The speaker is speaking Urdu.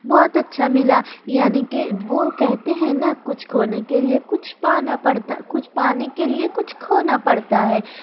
بہت اچھا ملا یعنی کہ وہ کہتے ہے نہ کچھ کھونے کے لیے کچھ پانا پڑتا کچھ پانے کے لیے کچھ کھونا پڑتا ہے